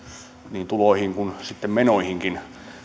niin tuloihin kuin sitten menoihinkin